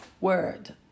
word